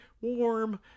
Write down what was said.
warm